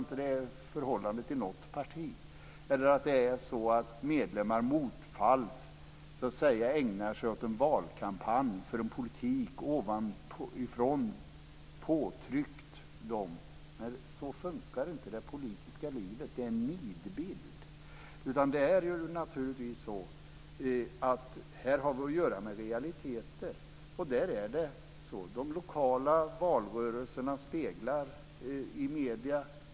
Jag tror inte att det förhållandet råder i något parti. Jag tror inte heller att det är så att medlemmar ägnar sig åt en valkampanj för en politik som är påtryckt dem ovanifrån. Så funkar inte det politiska livet. Det är en nidbild. Det är naturligtvis så att vi har att göra med realiteter här. De lokala valrörelserna speglas i medierna.